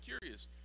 curious